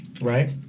Right